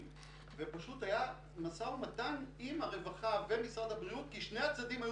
ופשוט היה משא ומתן עם הרווחה ומשרד הבריאות כי שני הצדדים היו